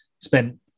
spent